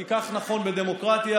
כי כך נכון בדמוקרטיה,